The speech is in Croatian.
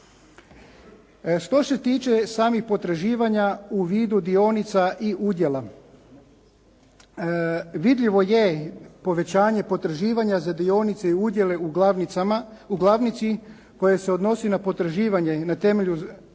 Što se tiče samih potraživanja u vidu dionica i udjela vidljivo je povećanje potraživanja za dionice i udjele u glavnicama, u glavnici koje se odnosi na potraživanje na temelju